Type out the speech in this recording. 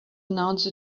announce